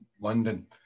London